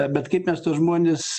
bet kaip mes tuos žmones